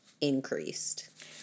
increased